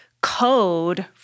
code